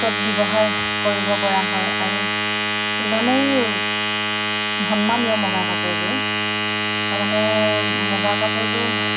কত ব্যৱহাৰ কৰিব পৰা হয় আৰু ইমানেই সন্মানীয় মুগা কাপোৰযোৰ তাৰমানে মুগা কাপোৰযোৰ